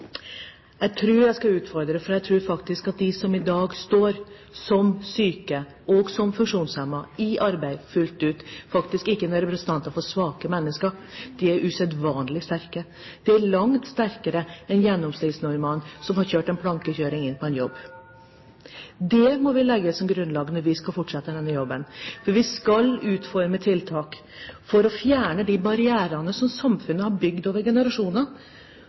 Jeg tror jeg vil utfordre, for jeg tror faktisk at de som i dag er syke, de som er funksjonshemmede, og som er i fullt arbeid, ikke er representanter for svake mennesker. De er usedvanlig sterke. De er langt sterkere enn gjennomsnittsnordmannen – for ham er det å få jobb ren plankekjøring. Det må vi legge som grunnlag når vi skal fortsette denne jobben. For vi skal utforme tiltak for å fjerne de barrierene som samfunnet har bygd over generasjoner.